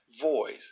voice